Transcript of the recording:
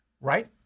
right